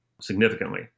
significantly